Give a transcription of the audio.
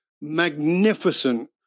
magnificent